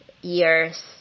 years